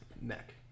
neck